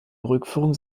rückführung